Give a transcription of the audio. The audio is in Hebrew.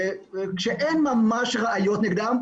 כשאין ממש ראיות נגדם,